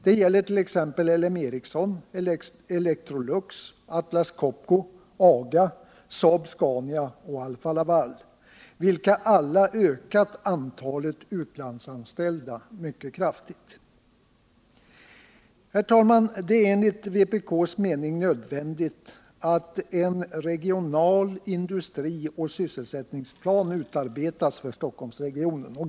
Det gäller t.ex. LM Ericsson, Electrolux, Atlas Copco, AGA, Saab-Scania och Alfa-Laval, vilka alla ökat antalet utlandsanställda mycket kraftigt. Herr talman! Det är enligt vpk:s mening nödvändigt att en regional industrioch sysselsättningsplan utarbetas för Stockholmsregionen.